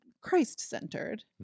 Christ-centered